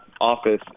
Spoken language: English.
office